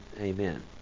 amen